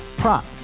prop